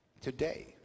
today